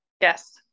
Yes